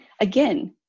again